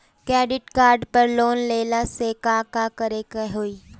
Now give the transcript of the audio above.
Credit card पर loan लेला से का का करे क होइ?